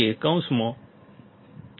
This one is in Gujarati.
VGS VT